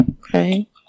okay